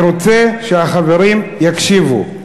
אני רוצה שהחברים יקשיבו,